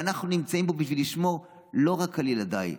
ואנחנו נמצאים פה בשביל לשמור לא רק על ילדיי,